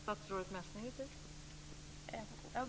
Fru talman!